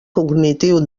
cognitiu